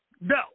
No